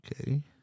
Okay